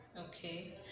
Okay